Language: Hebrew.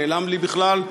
נעלם לי בכלל,